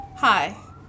Hi